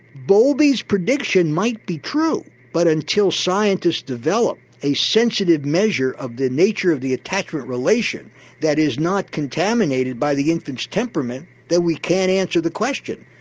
bowlby's prediction might be true but until scientists develop a sensitive measure of the nature of the attachment relation that is not contaminated by the infant's temperament, then we can't answer the question.